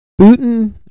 Putin